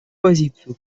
позицию